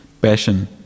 passion